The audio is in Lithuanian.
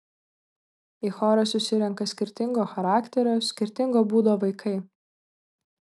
į chorą susirenka skirtingo charakterio skirtingo būdo vaikai